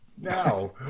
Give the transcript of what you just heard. now